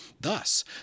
Thus